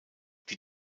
die